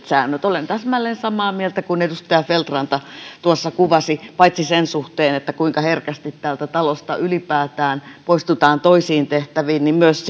säännöt olen täsmälleen samaa mieltä kuin edustaja feldt ranta tuossa kuvasi paitsi sen suhteen kuinka herkästi täältä talosta ylipäätään poistutaan toisiin tehtäviin myös